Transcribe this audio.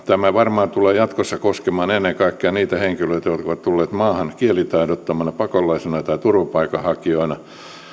tämä varmaan tulee jatkossa koskemaan ennen kaikkea niitä henkilöitä jotka ovat tulleet maahan kielitaidottomina pakolaisina tai turvapaikanhakijoina